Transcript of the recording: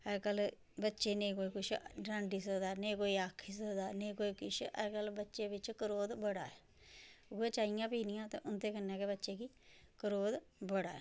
अज्जकल बच्चे गी नेईं कोई कुछ डांटी सकदा नेईं कोई आक्खी सकदा नेईं कोई किश अज्जकल बच्चे क्रोध बड़ा ऐ उ'यै चाहइयां पीनियां ते उं'दे कन्नै गै बच्चे गी क्रोध बड़ा ऐ